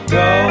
go